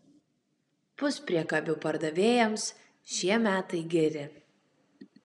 puspriekabių pardavėjams šie metai geri